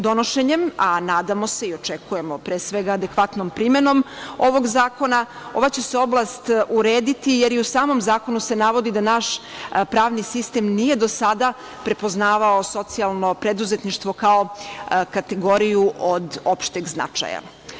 Donošenjem, a nadamo se i očekujemo, pre svega, adekvatnom primenom ovog zakona, ova će se oblast urediti, jer i u samom zakonu se navodi da naš pravni sistem nije do sada prepoznavao socijalno preduzetništvo, kao kategoriju od opšteg značaja.